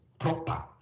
proper